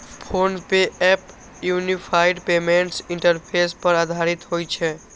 PhonePe app unified payments interface पर आधारित होइ छै